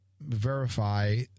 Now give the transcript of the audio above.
verify